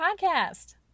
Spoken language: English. podcast